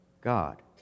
God